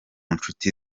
nshuti